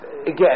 again